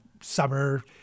summer